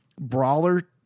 brawler